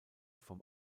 vom